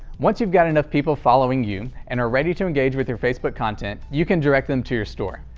once you've got enough people following you and ready to engage with your facebook content, you can direct them to your store.